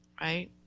right